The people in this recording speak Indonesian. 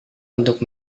untuk